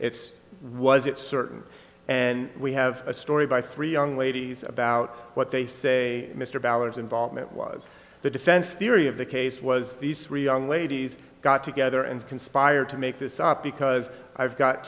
was it certain and we have a story by three young ladies about what they say mr ballard's involvement was the defense theory of the case was these three young ladies got together and conspired to make this up because i've got